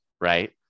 right